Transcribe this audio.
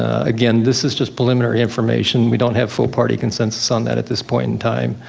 ah again, this is just preliminary information, we don't have full party consensus on that at this point in time.